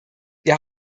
wir